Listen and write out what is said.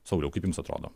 sauliau kaip jums atrodo